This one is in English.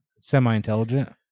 Semi-intelligent